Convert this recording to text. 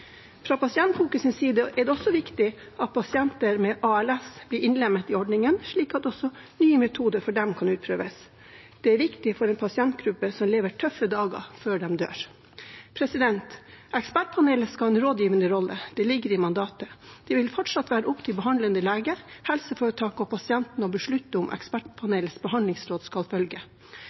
Fra Pasientfokus' side er det også viktig at pasienter med ALS blir innlemmet i ordningen, slik at også nye metoder for dem kan utprøves. Det er viktig for en pasientgruppe som lever tøffe dager før de dør. Ekspertpanelet skal ha en rådgivende rolle. Det ligger i mandatet. Det vil fortsatt være opp til behandlende lege, helseforetaket og pasienten å beslutte om ekspertpanelets behandlingsråd skal